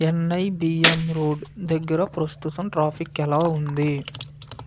NIBM road దగ్గర ప్రస్తుతం traffic ఎలా ఉంది